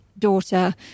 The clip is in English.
daughter